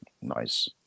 Nice